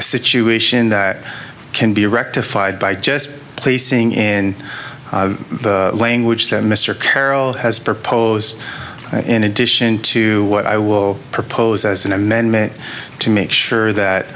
a situation that can be rectified by just placing in the language that mr carroll has proposed in addition to what i will propose as an amendment to make sure that